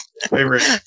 Favorite